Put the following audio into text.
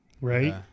right